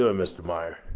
ah and mr. meyer?